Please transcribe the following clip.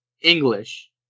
English